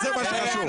זה מה שחשוב.